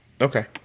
Okay